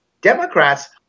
Democrats